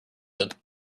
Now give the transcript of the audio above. incident